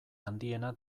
handiena